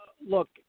look